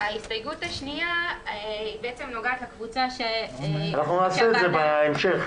ההסתייגות השנייה נוגעת לקבוצה --- אנחנו נעשה את זה בהמשך,